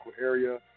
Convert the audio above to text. area